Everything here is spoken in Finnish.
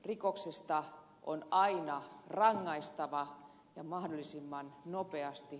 rikoksesta on aina rangaistava ja mahdollisimman nopeasti